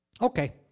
Okay